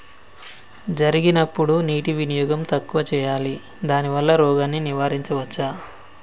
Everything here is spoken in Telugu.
జరిగినప్పుడు నీటి వినియోగం తక్కువ చేయాలి దానివల్ల రోగాన్ని నివారించవచ్చా?